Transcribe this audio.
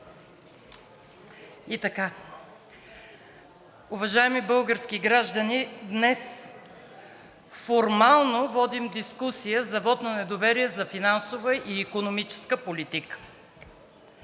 Уважаеми български граждани, днес формално водим дискусия за вот на недоверие за финансова и икономическа политика.